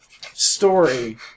story